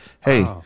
Hey